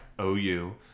OU